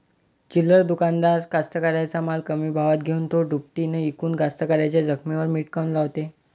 चिल्लर दुकानदार कास्तकाराइच्या माल कमी भावात घेऊन थो दुपटीनं इकून कास्तकाराइच्या जखमेवर मीठ काऊन लावते?